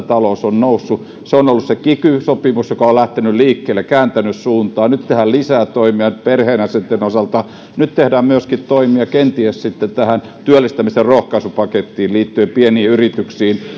talous on noussut se on ollut se kiky sopimus joka on on lähtenyt liikkeelle kääntänyt suuntaa nyt tehdään lisää toimia perheenjäsenten osalta nyt tehdään kenties toimia myöskin työllistämisen rohkaisupakettiin liittyen pieniin yrityksiin